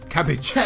Cabbage